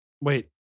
Wait